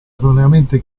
erroneamente